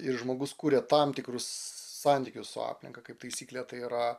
ir žmogus kuria tam tikrus santykius su aplinka kaip taisyklė tai yra